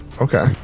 okay